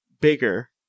bigger